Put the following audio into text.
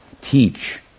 teach